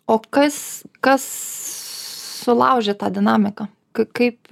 o kas kas sulaužė tą dinamiką k kaip